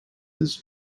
his